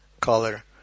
color